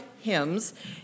hymns